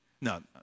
no